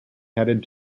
headed